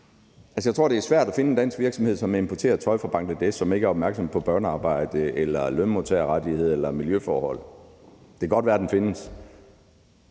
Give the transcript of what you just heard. Jeg tror, det er svært at finde en dansk virksomhed, der importerer tøj fra Bangladesh, som ikke er opmærksom på børnearbejde eller lønmodtagerrettigheder eller miljøforhold. Det kan godt være, den findes.